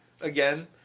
again